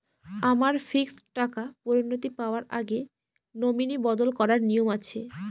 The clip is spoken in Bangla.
আমার ফিক্সড টাকা পরিনতি পাওয়ার আগে নমিনি বদল করার নিয়ম আছে?